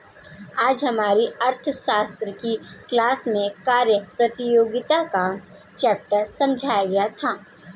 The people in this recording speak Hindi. आज हमारी अर्थशास्त्र की क्लास में कर प्रतियोगिता का चैप्टर समझाया गया था